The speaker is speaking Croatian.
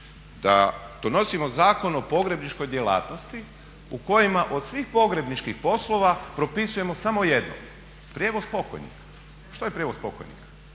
da donosimo Zakon o pogrebničkoj djelatnosti u kojem od svih pogrebničkih poslova propisujemo samo jedno – prijevoz pokojnika. Što je prijevoz pokojnika?